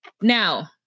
Now